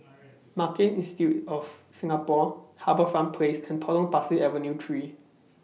Marketing Institute of Singapore HarbourFront Place and Potong Pasir Avenue three